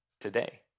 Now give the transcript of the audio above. today